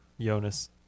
Jonas